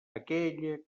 aquella